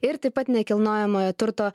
ir taip pat nekilnojamojo turto